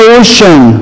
ocean